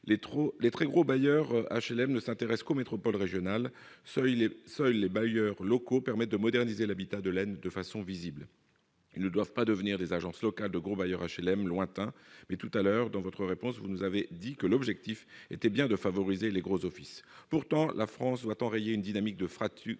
les très gros bailleurs HLM ne s'intéresse qu'on métropole régionale, seuls les bailleurs locaux permettent de moderniser l'habitat de laine de façon visible ne doivent pas devenir des agences locales de gros bailleurs HLM lointain mais tout à l'heure dans votre réponse, vous nous avez dit que l'objectif était bien de favoriser les grosses office pourtant, la France doit enrayer une dynamique de fracture,